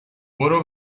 برو